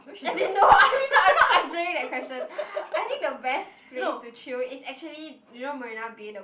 as in no i mean I'm not answering that question I think the best place to chill is actually you know Marina-Bay the